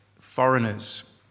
foreigners